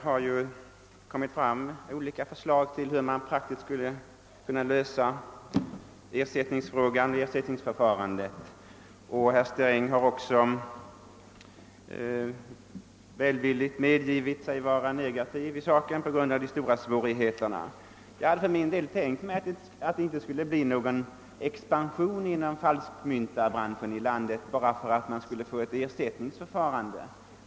Herr talman! Här har framkommit olika förslag om hur man i praktiken skulle kunna lösa ersättningsförfarandet, och herr Sträng har välvilligt medgivit att hans negativa inställning beror på de stora svårigheterna. För min del tror jag inte det skulle behöva bli någon expansion inom falskmyntarbranschen i landet enbart därför att man skulle få ett ersättningsförfarande.